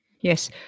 yes